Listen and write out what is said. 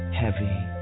heavy